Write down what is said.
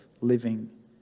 living